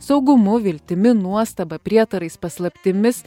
saugumu viltimi nuostaba prietarais paslaptimis